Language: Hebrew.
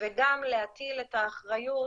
וגם להטיל את האחריות